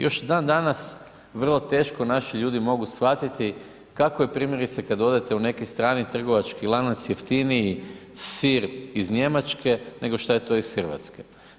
Još i dan danas vrlo teško naši ljudi mogu shvatiti kako je primjerice kad odete u neki strani trgovački lanac jeftiniji sir iz Njemačke nego šta je to iz Hrvatske.